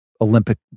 olympic